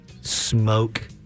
smoke